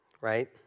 right